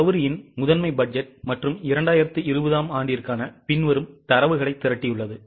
கவுரியின் முதன்மை பட்ஜெட் மற்றும் 2020 ஆம் ஆண்டிற்கான பின்வரும் தரவுகளைத் திரட்டியுள்ளது